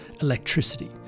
electricity